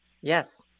Yes